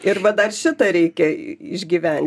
ir va dar šitą reikia išgyventi